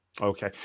Okay